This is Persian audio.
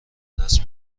دست